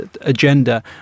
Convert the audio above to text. agenda